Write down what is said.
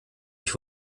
ich